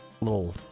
little